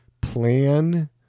Plan